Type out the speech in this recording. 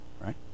right